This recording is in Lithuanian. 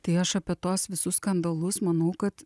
tai aš apie tuos visus skandalus manau kad